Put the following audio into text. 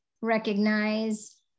recognize